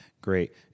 Great